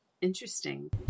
Interesting